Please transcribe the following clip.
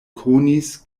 konis